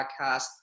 podcast